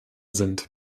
sind